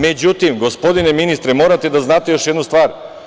Međutim, gospodine ministre morate da znate još jednu stvar.